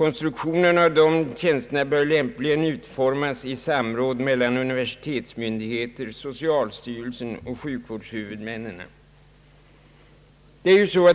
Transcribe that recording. Konstruktionen av dessa tjänster bör lämpligen utformas i samråd mellan universitetsmyndigheterna, socialstyrelsen och sjukvårdshuvudmännen.